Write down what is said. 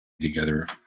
together